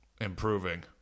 improving